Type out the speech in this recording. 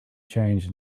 changed